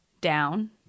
down